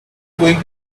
going